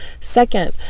Second